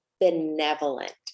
benevolent